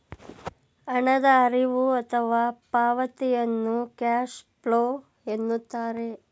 ಹಣದ ಹರಿವು ಅಥವಾ ಪಾವತಿಯನ್ನು ಕ್ಯಾಶ್ ಫ್ಲೋ ಎನ್ನುತ್ತಾರೆ